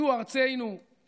זו ארצנו,